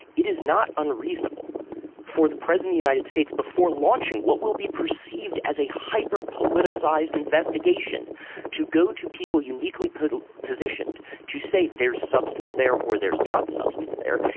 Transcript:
it is not unreasonable for the present united states before launching what will be perceived as a hyper politicized investigation to go to people uniquely positioned to say there's substance there or there's not substance there.